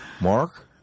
Mark